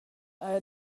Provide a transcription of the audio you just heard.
haja